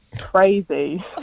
crazy